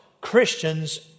Christians